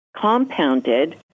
compounded